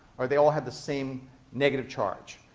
or they all had the same negative charge,